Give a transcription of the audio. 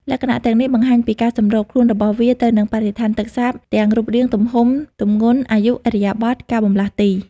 លក្ខណៈទាំងនេះបង្ហាញពីការសម្របខ្លួនរបស់វាទៅនឹងបរិស្ថានទឹកសាបទាំង រូបរាង ទំហំ ទម្ងន់ អាយុ ឥរិយាបថ ការបម្លាស់ទី។